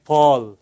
Paul